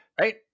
Right